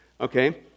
okay